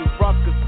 Ruckus